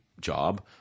job